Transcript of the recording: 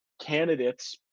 candidate's